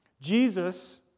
Jesus